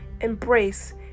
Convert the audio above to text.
embrace